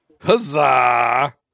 huzzah